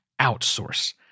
outsource